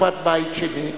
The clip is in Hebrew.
בתקופת בית שני,